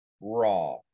raw